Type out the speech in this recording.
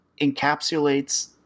encapsulates